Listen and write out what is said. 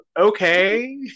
okay